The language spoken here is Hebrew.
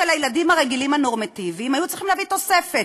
הילדים הרגילים הנורמטיביים היו צריכים להביא תוספת.